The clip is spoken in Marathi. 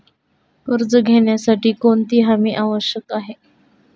कर्ज घेण्यासाठी कोणती हमी आवश्यक आहे?